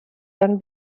dann